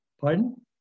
Pardon